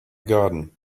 garden